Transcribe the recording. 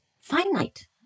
finite